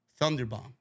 Thunderbomb